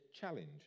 challenge